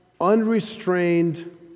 unrestrained